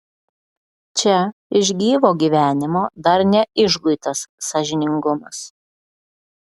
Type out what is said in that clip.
čia iš gyvo gyvenimo dar neišguitas sąžiningumas